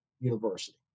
University